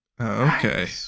okay